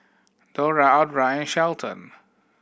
Dora Audra Shelton